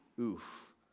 Oof